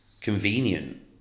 convenient